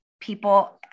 people